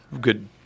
good